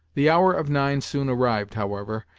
the hour of nine soon arrived, however,